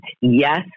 Yes